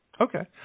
Okay